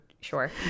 sure